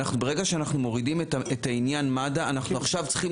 ברגע שאנחנו מורידים את העניין מד"א אנחנו צריכים